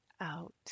out